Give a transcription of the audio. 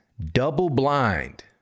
double-blind